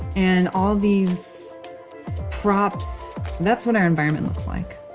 and all these props, so that's what our environment looks like